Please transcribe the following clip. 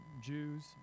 Jews